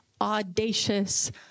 audacious